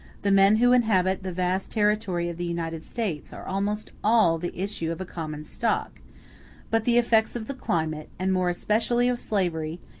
the men who inhabit the vast territory of the united states are almost all the issue of a common stock but the effects of the climate, and more especially of slavery,